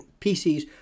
PCs